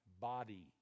body